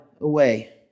Away